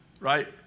right